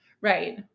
Right